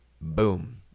Boom